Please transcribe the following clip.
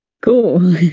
Cool